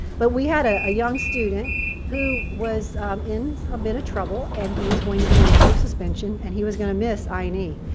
but we had ah a young student who was in a bit of trouble. and he was going to be in in-school suspension. and he was going to miss i and e.